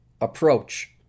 approach